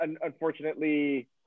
Unfortunately